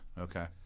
Okay